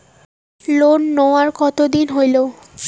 Loan নেওয়ার কতদিন হইল?